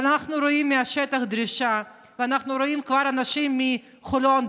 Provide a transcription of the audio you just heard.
אבל אנחנו רואים מהשטח דרישה ואנחנו רואים כבר אנשים מחולון,